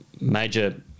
major